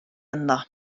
ynddo